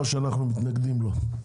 שאנחנו מתנגדים לו,